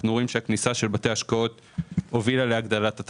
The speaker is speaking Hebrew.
התחרות גדלה.